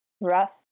rough